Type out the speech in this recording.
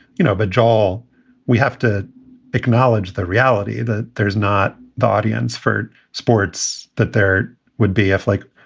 you know. but all we have to acknowledge the reality that there is not the audience for sports, that there would be if like,